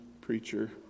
preacher